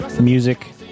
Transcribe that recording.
music